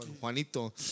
Juanito